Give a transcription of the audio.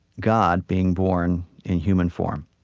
god being born in human form.